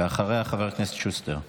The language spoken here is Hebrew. ואחריה, חבר הכנסת שוסטר.